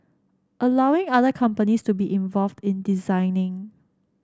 allowing other companies to be involved in designing